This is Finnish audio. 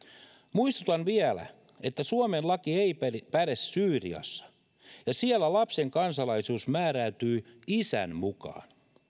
muistutan vielä että suomen laki ei päde syyriassa ja siellä lapsen kansalaisuus määräytyy isän mukaan